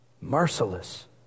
Merciless